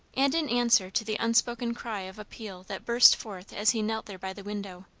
and in answer to the unspoken cry of appeal that burst forth as he knelt there by the window